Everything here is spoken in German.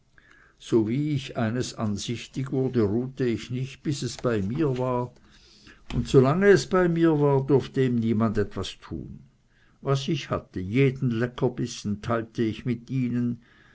so wie ich eines ansichtig wurde ruhete ich nicht bis es bei mir war und so lange es bei mir war durfte ihm niemand etwas tun was ich hatte jeden leckerbissen teilte ich mit ihnen